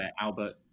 Albert